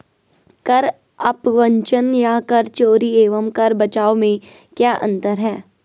कर अपवंचन या कर चोरी एवं कर बचाव में क्या अंतर है?